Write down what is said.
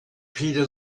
peter